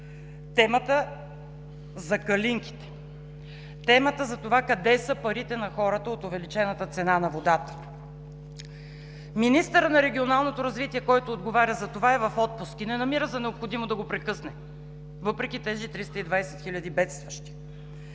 темата за калинките, темата за това къде са парите на хората от увеличената цена на водата. Министърът на регионалното развитие, който отговаря за това, е в отпуск и не намира за необходимо да го прекъсне въпреки тези 320 хиляди бедстващи.